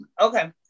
okay